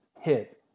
hit